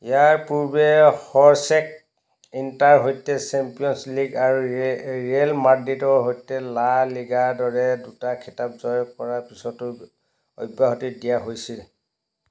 ইয়াৰ পূৰ্বে হ'ছেক ইণ্টাৰৰ সৈতে চেম্পিয়নছ লীগ আৰু ৰি ৰিয়েল মাদ্ৰিদৰ সৈতে লা লিগাৰ দৰে দুটা খিতাপ জয় কৰাৰ পিছতো অব্যাহতি দিয়া হৈছিল